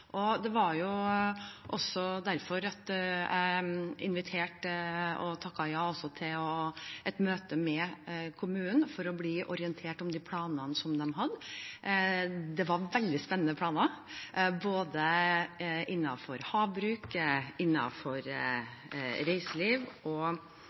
Det var også derfor jeg takket ja til et møte med kommunen for å bli orientert om de planene de hadde. Det var veldig spennende planer, både innenfor havbruk, innenfor reiseliv og